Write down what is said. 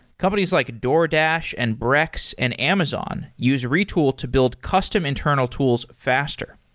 companies like a doordash, and brex, and amazon use retool to build custom internal tools faster.